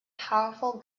powerful